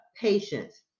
Patience